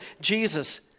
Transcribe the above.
Jesus